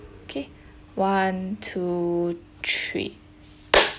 okay one two three